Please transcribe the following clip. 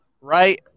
right